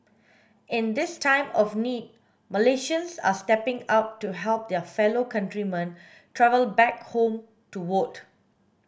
in this time of need Malaysians are stepping up to help their fellow countrymen travel back home to vote